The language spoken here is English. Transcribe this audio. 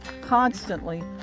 constantly